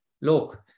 look